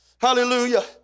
hallelujah